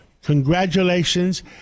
Congratulations